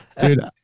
Dude